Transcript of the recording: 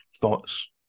thoughts